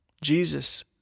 Jesus